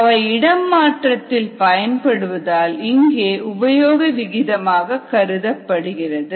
அவை இடம்மாற்றத்தில் பயன்படுவதால் இங்கே உபயோக விகிதமாக கருதப்படுகிறது